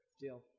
Deal